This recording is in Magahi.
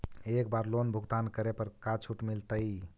एक बार लोन भुगतान करे पर का छुट मिल तइ?